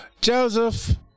Joseph